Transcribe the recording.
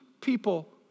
people